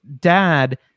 dad